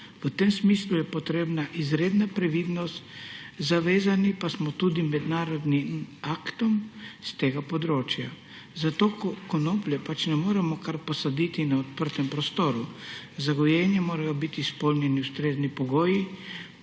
v tem smislu je potrebna izredna previdnost, zavezani pa smo tudi mednarodnim aktom s tega področja, zato konoplje ne moremo kar posaditi na odprtem prostoru. Za gojenje morajo biti izpolnjeni ustrezni pogoji,